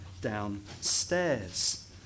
downstairs